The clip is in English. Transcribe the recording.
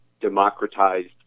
democratized